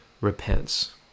repents